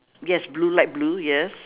yes blue light blue yes